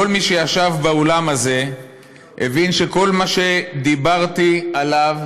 כל מי שישב באולם הזה הבין שכל מה שדיברתי עליו